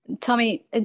Tommy